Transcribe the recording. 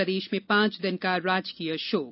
प्रदेश में पांच दिन का राजकीय शोक